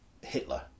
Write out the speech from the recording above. Hitler